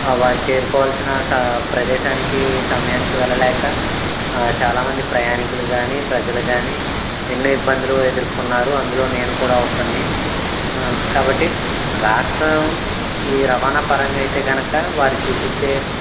వారి చేరుకోవాల్సిన సా ప్రదేశానికి సమయానికి వెళ్లలేక చాలామంది ప్రయాణికులు కానీ ప్రజలు కానీ ఎన్నో ఇబ్బందులు ఎదుర్కొన్నారు అందులో నేను కూడా ఒకణ్ణి కాబట్టి రాష్ట్రం ఈ రవాణా పరంగా అయితే కనుక వారు చూపించే